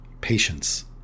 patience